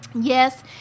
Yes